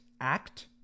Act